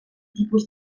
tipus